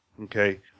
Okay